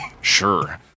Sure